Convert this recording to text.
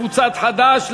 קבוצת חד"ש,